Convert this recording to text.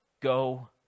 Go